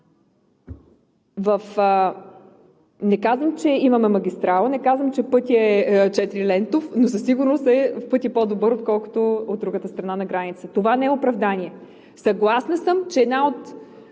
не казвам, че имаме магистрала, не казвам, че пътят е четирилентов, но със сигурност е в пъти по-добър, отколкото от другата страна на границата. Това не е оправдание. Съгласна съм, че един от